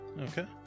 Okay